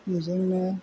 बेजोंनो